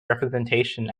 representation